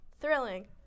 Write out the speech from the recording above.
thrilling